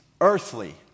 earthly